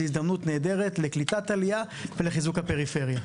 זו הזדמנת נהדרת לקליטה עלייה ולחיזוק הפריפריה.